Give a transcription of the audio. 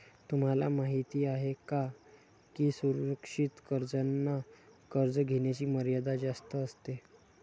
तुम्हाला माहिती आहे का की सुरक्षित कर्जांना कर्ज घेण्याची मर्यादा जास्त असते